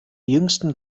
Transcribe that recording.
jüngsten